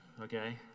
okay